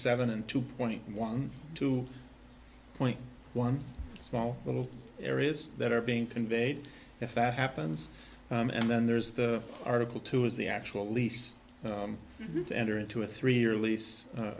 seven and two point one two point one small little areas that are being conveyed if that happens and then there's the article two is the actual lease to enter into a three year lease